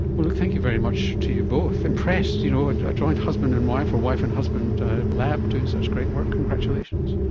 thank you very much to you both. impressed, you know, a joint husband and wife or wife and husband lab doing such great work, congratulations.